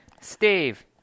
Steve